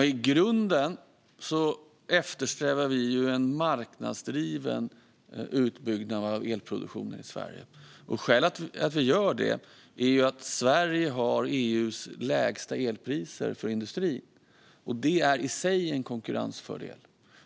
Herr talman! I grunden eftersträvar vi en marknadsdriven utbyggnad av elproduktionen i Sverige. Skälet till att vi gör det är att Sverige har EU:s lägsta elpriser för industrin. Det är i sig en konkurrensfördel.